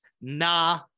nah